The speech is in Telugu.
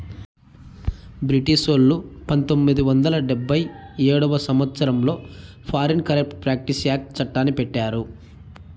బ్రిటిషోల్లు పంతొమ్మిది వందల డెబ్భై ఏడవ సంవచ్చరంలో ఫారిన్ కరేప్ట్ ప్రాక్టీస్ యాక్ట్ చట్టాన్ని పెట్టారు